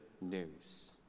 news